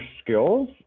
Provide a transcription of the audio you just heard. skills